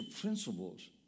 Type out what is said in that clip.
principles